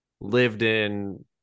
lived-in